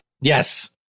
Yes